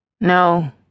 No